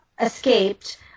escaped